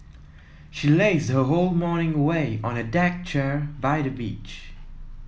she lazed her whole morning away on a deck chair by the beach